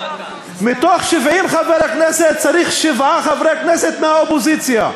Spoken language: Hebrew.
מתוך 70 חברי כנסת צריך שבעה חברי כנסת מהאופוזיציה.